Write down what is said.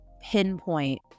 pinpoint